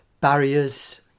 barriers